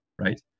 right